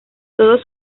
todos